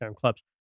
clubs